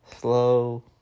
Slow